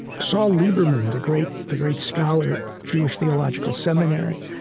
saul lieberman, the great the great scholar at jewish theological seminary,